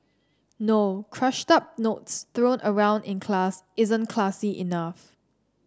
no crushed up notes thrown around in class isn't classy enough